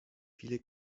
viele